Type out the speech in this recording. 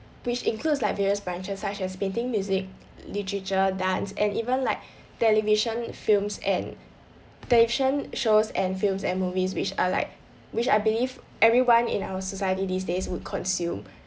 which includes like various branches such as painting music literature dance and even like television films and television shows and films and movies which are like which I believe everyone in our society these days would consume